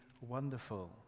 wonderful